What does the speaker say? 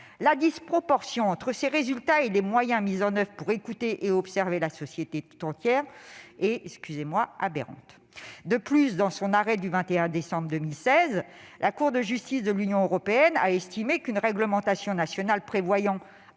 La disproportion entre ces résultats et les moyens mis en oeuvre pour écouter et observer la société tout entière est, pardonnez-moi, aberrante ! De plus, dans son arrêt du 21 décembre 2016, la Cour de justice de l'Union européenne a estimé qu'une réglementation nationale prévoyant,